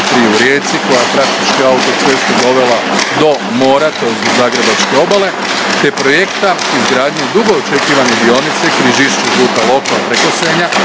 u Rijeci koja je praktički autocestu dovela do mora, tj. do zagrebačke obale, te projekta izgradnje dugo očekivane dionice Križišće – Žuta Lokva, preko Senja,